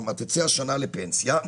כלומר תצא השנה לפנסיה,